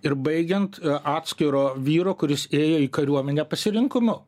ir baigiant atskiro vyro kuris ėjo į kariuomenę pasirinkimu